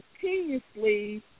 continuously